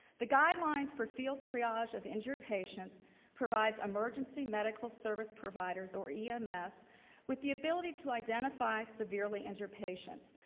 the guidelines for field triage of injured patients provides emergency medical service providers or yeah um ems with the ability to identify severely injured patients.